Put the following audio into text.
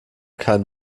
kein